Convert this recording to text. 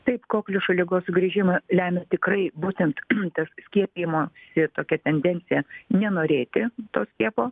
taip kokliušo ligos sugrįžimą lemia tikrai būtent tas skiepijimosi tokia tendencija nenorėti to skiepo